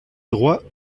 droits